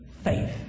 faith